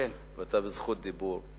ואתה ברשות דיבור.